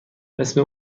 اسم